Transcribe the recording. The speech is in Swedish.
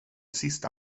sista